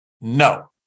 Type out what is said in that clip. No